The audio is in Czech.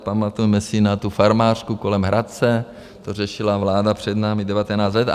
Pamatujme si na tu farmářku kolem Hradce, to řešila vláda před námi devatenáct let.